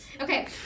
Okay